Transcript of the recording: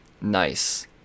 Nice